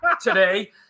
today